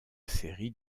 série